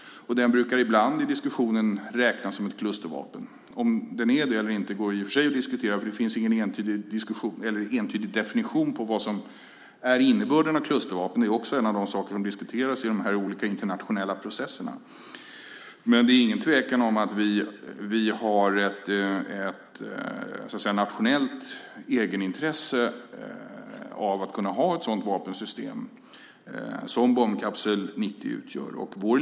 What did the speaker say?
Den brukar ibland i diskussionen räknas som ett klustervapen. Om den är det eller inte går i och för sig att diskutera, för det finns ingen entydig definition av klustervapen, vad som är innebörden av dem. Det är också en av de saker som diskuteras i de olika internationella processerna. Det är ingen tvekan om att vi har ett nationellt egenintresse av att kunna ha ett sådant vapensystem som Bombkapsel 90 utgör.